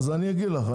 אני יכול לדבר?